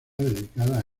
dedicada